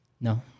No